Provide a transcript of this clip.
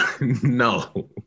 no